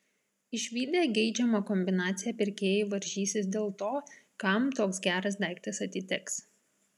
išvydę geidžiamą kombinaciją pirkėjai varžysis dėl to kam toks geras daiktas atiteks